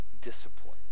discipline